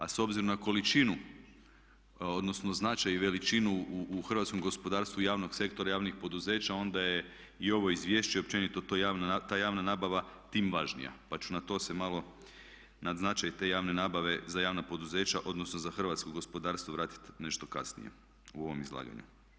A s obzirom na količinu, odnosno značaj i veličinu u hrvatskom gospodarstvu javnog sektora, javnih poduzeća onda je i ovo izvješće i općenito ta javna nabava tim važnija, pa ću na to se malo, na značaj te javne nabave za javna poduzeća, odnosno za hrvatsko gospodarstvo vratiti nešto kasnije u ovom izlaganju.